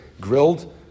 Grilled